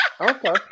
Okay